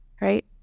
right